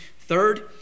Third